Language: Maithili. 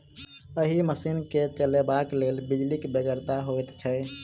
एहि मशीन के चलयबाक लेल बिजलीक बेगरता होइत छै